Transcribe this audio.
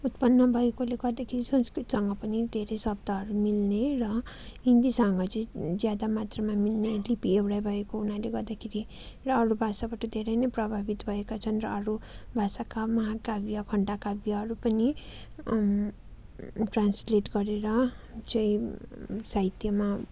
उत्पन्न भएकोले गर्दाखेरि संस्कृतसँग पनि धेरै शब्दहरू मिल्ने र हिन्दीसँग चाहिँ ज्यादा मात्रामा मिल्ने लिपी एउटै भएको हुनाले गर्दाखेरि र अरू भाषाबाट धेरै नै प्रभावित भएका छन् र अरू भाषाका महाकाव्य खण्डकाव्यहरू पनि ट्रान्सलेट गरेर चाहिँ साहित्यमा